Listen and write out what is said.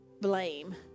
blame